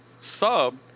sub